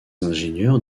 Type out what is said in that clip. ingénieurs